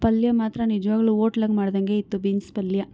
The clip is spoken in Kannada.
ಪಲ್ಯ ಮಾತ್ರ ನಿಜ್ವಾಗಲೂ ಓಟ್ಲಂಗೆ ಮಾಡ್ದಂಗೇ ಇತ್ತು ಬೀನ್ಸ್ ಪಲ್ಯ